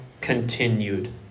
continued